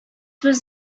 was